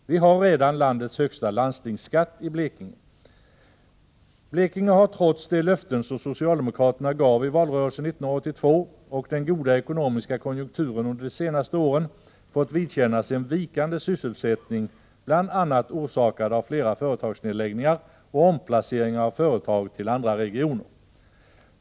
Vi har redan landets högsta landstingsskatt. Blekinge har trots de löften som socialdemokraterna gav i valrörelsen 1982 och trots den goda ekonomiska konjunkturen under de senaste åren fått vidkännas en vikande sysselsättning, bl.a. orsakad av flera företagsnedläggningar och omplaceringar av företag till andra regioner.